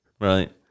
Right